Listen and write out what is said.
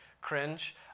cringe